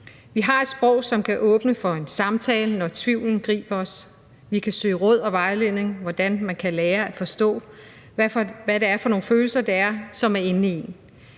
Vi har et sprog, som kan åbne for en samtale, når tvivlen griber os. Vi kan søge råd og vejledning om, hvordan man kan lære at forstå, hvad det er for nogle følelser, som er inde i en.